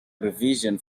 revision